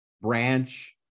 Branch